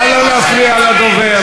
נא לא להפריע לדובר.